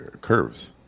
curves